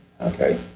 okay